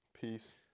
Peace